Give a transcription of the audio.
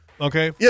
okay